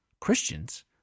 Christians